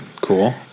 cool